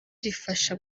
rifasha